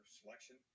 selection